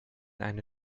eine